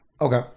Okay